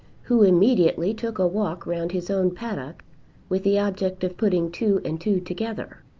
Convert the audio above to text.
who immediately took a walk round his own paddock with the object of putting two and two together.